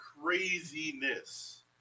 Craziness